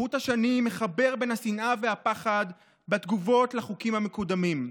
חוט השני מחבר בין השנאה והפחד בתגובות על החוקים המקודמים.